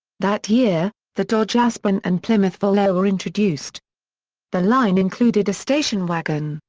that year, the dodge aspen and plymouth volare were introduced the line included a station wagon,